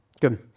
Good